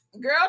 Girl